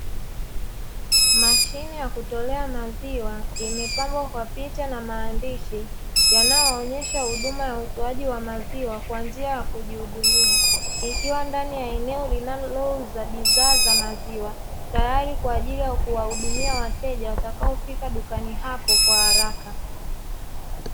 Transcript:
Mashine ya kutolea maziwa imepambwa kwa picha na maandishi yanayoonyesha huduma ya utoaji wa maziwa kwa njia ya kujihudumia, ikiwa ndani ya eneo linalouza bidhaa za maziwa, tayari kwa ajili ya kuwahudumia wateja watakaofika dukani hapo kwa haraka.